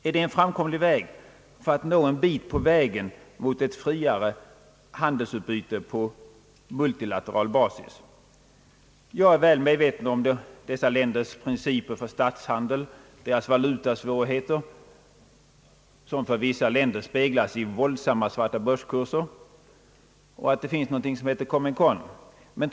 Är detta en framkomlig väg mot ett friare handelsutbyte på multilateral basis? Jag är väl medveten om dessa länders principer för statshandeln, deras valutasvårigheter — som för vissa länder speglas i våldsamma svartabörskurser — och att det finns någonting som heter Comenkon.